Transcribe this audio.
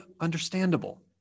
understandable